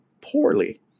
poorly